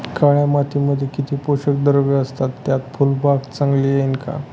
काळ्या मातीमध्ये किती पोषक द्रव्ये असतात, त्यात फुलबाग चांगली येईल का?